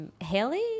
haley